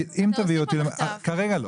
כרגע לא.